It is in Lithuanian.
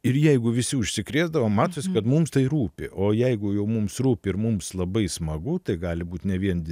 ir jeigu visi užsikrėsdavo matosi kad mums tai rūpi o jeigu jau mums rūpi ir mums labai smagu tai gali būt ne vien